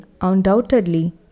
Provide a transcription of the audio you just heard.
undoubtedly